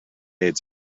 aids